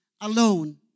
alone